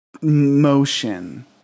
motion